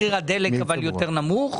אבל מחיר הדלק יותר נמוך,